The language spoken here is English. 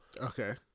Okay